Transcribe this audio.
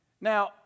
Now